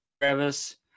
Travis